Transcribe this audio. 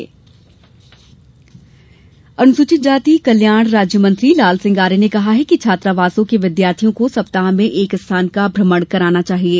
लालसिंह अनुसुचित जाति कल्याण राज्य मंत्री लाल सिंह आर्य ने कहा है कि छात्रावासों के विद्यार्थियों को सप्ताह में एक स्थान का भ्रमण अवश्य करवायें